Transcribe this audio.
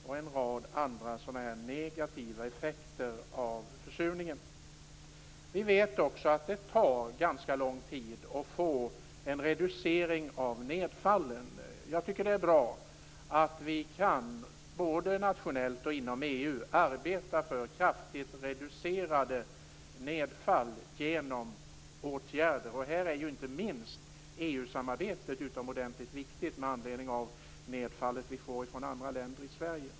Dessutom medför försurningen en rad andra negativa effekter. Det tar ganska lång tid att få en reducering av nedfallet. Det är bra att vi, både nationellt och inom EU, kan arbeta för kraftigt reducerat nedfall genom åtgärder. Här är inte minst EU-samarbetet oerhört viktigt med tanke på det nedfall i Sverige som kommer från andra länder.